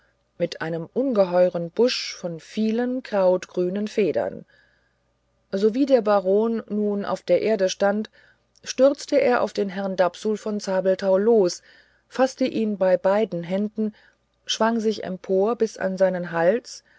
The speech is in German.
mit einem ungeheuren busch von vielen krautgrünen federn sowie der baron nun auf der erde stand stürzte er auf den herrn dapsul von zabelthau los faßte ihn bei beiden händen schwang sich empor bis an seinen hals